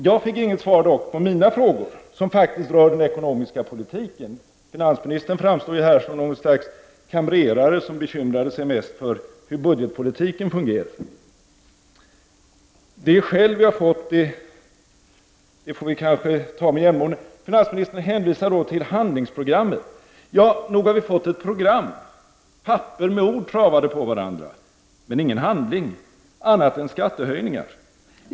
Jag fick dock inget svar på mina frågor, som faktiskt rör den ekonomiska politiken. Finansministern framstod ju här som något slags kamrer som bekymrade sig mest för hur budgetpolitiken fungerar. Det skäll vi har fått får vi kanske ta med jämnmod. Finansministern hänvisar till handlingsprogrammet. Ja, nog har vi fått ett program — papper med ord travade på varandra — men ingen handling, annat än skattehöjningar.